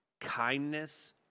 kindness